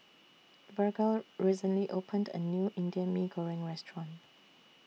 Virgle recently opened A New Indian Mee Goreng Restaurant